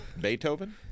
Beethoven